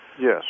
Yes